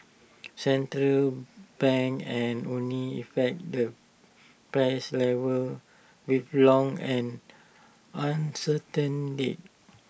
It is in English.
central banks can only affect the price level with long and uncertain lags